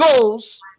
goals